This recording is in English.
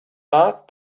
but